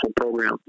program